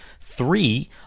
three